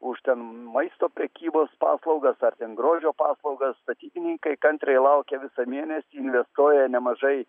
už ten maisto prekybos paslaugas ar ten grožio paslaugas statybininkai kantriai laukia visą mėnesį investuoja nemažai